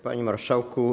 Panie Marszałku!